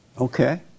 Okay